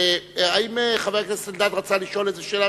האם חבר הכנסת אלדד רצה לשאול איזו שאלה?